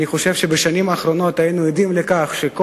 אני חושב שבשנים האחרונות היינו עדים לכך שכל